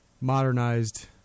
modernized